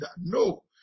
No